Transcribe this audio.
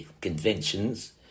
conventions